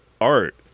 art